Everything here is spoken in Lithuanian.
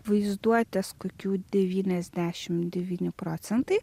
vaizduotės kokių devyniasdešim devyni procentai